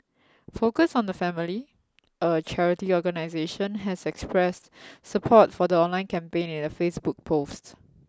focus on the family a charity organisation has expressed support for the online campaign in a Facebook post